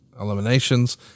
eliminations